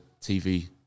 TV